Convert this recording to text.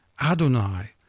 Adonai